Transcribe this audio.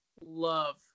love